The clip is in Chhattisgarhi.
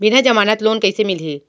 बिना जमानत लोन कइसे मिलही?